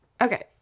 Okay